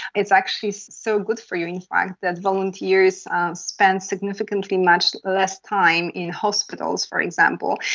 it's actually so good for you in fact that volunteers spend significantly much less time in hospitals, for example.